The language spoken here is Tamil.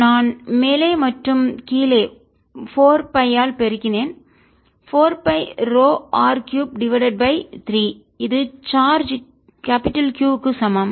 நான் மேலே மற்றும் கீழே 4 பை ஆல் பெருக்கினேன் 4 பை ρ R 3 டிவைடட் பை 3 இது சார்ஜ் Q க்கு சமம்